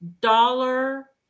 dollar